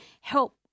help